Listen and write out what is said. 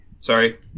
Sorry